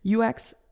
UX